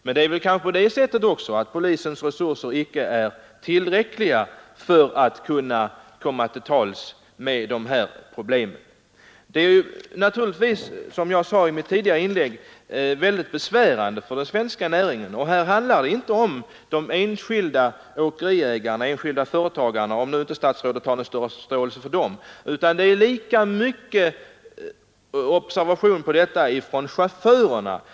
Men det är kanske också på det sättet att polisens resurser inte är tillräckliga för att komma till rätta med dessa problem. Nr 118 Torsdagen den den svenska trafiknäringen. Och här handlar det inte bara om enskilda Som jag sade i mitt tidigare inlägg är dessa förhållanden besvärande för 16 november 1972 åkeriägare — om statsrådet nu inte har någon större förståelse för dem TS utan reaktionen kommer i lika hög grad från chaufförerna. Vi har Ang.